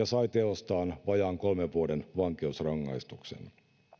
sai teostaan vajaan kolmen vuoden vankeusrangaistuksen